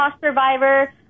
survivor